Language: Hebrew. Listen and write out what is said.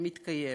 מתקיים.